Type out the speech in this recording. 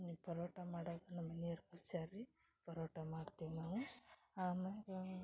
ಹಿಂಗ್ ಪರೋಟ ಮಾಡದು ನಮ್ಮ ಮನಿಯವರು ಕೊಚ್ಯಾರ ರೀ ಪರೋಟ ಮಾಡ್ತಿವಿ ನಾವು ಆಮ್ಯಾಗ